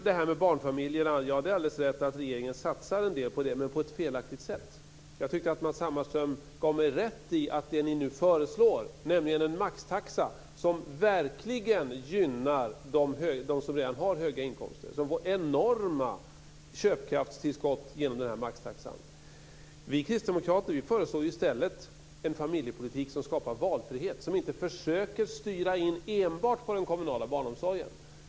Det är alldeles riktigt att regeringen satsar en del på barnfamiljerna, men det sker på ett felaktigt sätt. Jag tyckte att Matz Hammarström gav mig rätt i att det ni nu föreslår, nämligen en maxtaxa, verkligen gynnar dem som redan har höga inkomster. De får enorma köpkraftstillskott genom den här maxtaxan. Vi kristdemokrater föreslår i stället en familjepolitik som skapar valfrihet och inte försöker styra in enbart till den kommunala barnomsorgen.